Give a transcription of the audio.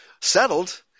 settled